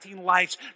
lives